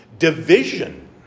Division